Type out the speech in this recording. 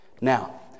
Now